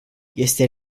este